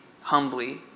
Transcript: humbly